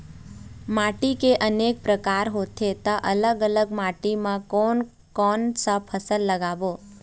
माटी के अनेक प्रकार होथे ता अलग अलग माटी मा कोन कौन सा फसल लगाबो?